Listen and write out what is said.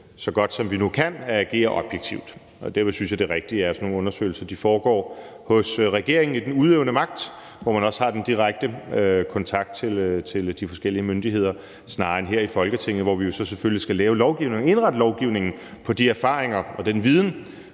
så godt som vi nu kan, at agere objektivt. Derfor synes jeg, det er rigtigt, at sådan nogle undersøgelser foregår hos regeringen i den udøvende magt, hvor man også har den direkte kontakt til de forskellige myndigheder, snarere end her i Folketinget, hvor vi så selvfølgelig skal lave lovgivningen og indrette lovgivningen på de erfaringer og den viden,